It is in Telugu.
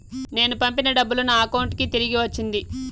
నేను పంపిన డబ్బులు నా అకౌంటు కి తిరిగి వచ్చింది